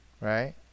Right